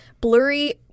Blurry